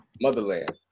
motherland